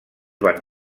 van